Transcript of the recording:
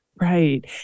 Right